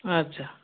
আচ্ছা